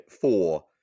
four